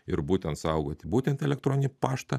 ir būtent saugoti būtent elektroninį paštą